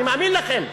אני מאמין לכם,